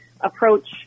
approach